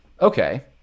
Okay